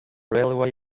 railway